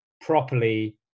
properly